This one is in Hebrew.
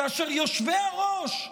כאשר יושבי-הראש,